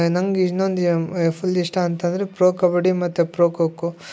ನಂಗೆ ಇನ್ನೊಂದು ಫುಲ್ ಇಷ್ಟ ಅಂತ ಅಂದರೆ ಪ್ರೊ ಕಬಡ್ಡಿ ಮತ್ತು ಪ್ರೊ ಖೋ ಖೋ